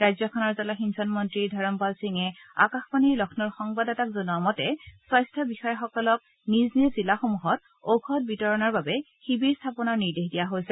ৰাজ্যখনৰ জলসিঞ্চন মন্ত্ৰী ধৰমপাল সিঙে আকাশবাণীৰ লক্ষ্ণৌৰ সংবাদদাতাক জনোৱা মতে স্বাস্থ্য বিষয়াসকলক নিজ নিজ জিলাসমূহত ঔষধ বিতৰণৰ বাবে শিবিৰ স্থাপনৰ নিৰ্দেশ দিয়া হৈছে